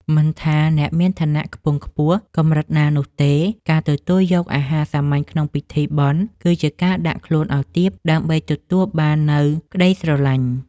មិនថាអ្នកមានឋានៈខ្ពង់ខ្ពស់កម្រិតណានោះទេ ការទទួលយកអាហារសាមញ្ញក្នុងពិធីបុណ្យ គឺជាការដាក់ខ្លួនឱ្យទាបដើម្បីទទួលបាននូវក្តីស្រឡាញ់។